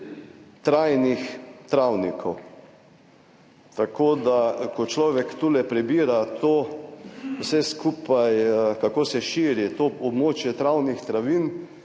trajnih travnikov. Tako da, ko človek tule prebira to vse skupaj, kako se širi to območje travnih travinj